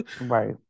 Right